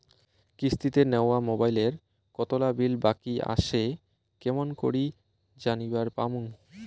কিস্তিতে নেওয়া মোবাইলের কতোলা বিল বাকি আসে কেমন করি জানিবার পামু?